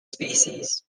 species